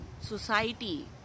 society